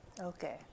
Okay